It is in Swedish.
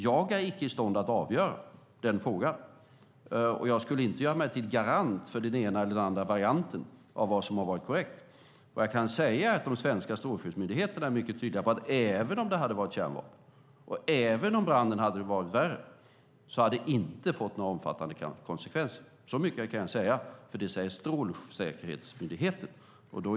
Jag är icke i stånd att avgöra den frågan, och jag skulle inte göra mig till garant för den ena eller andra varianten av vad som har varit korrekt. Jag kan säga att svenska Strålsäkerhetsmyndigheten är mycket tydlig om att även om det hade funnits kärnvapen, och även om branden hade varit värre, hade det inte fått några omfattande konsekvenser. Så mycket kan jag säga, eftersom Strålsäkerhetsmyndigheten säger så.